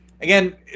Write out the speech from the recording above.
again